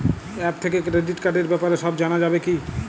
App থেকে credit কার্ডর ব্যাপারে সব জানা যাবে কি?